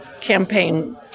campaign